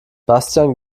bastian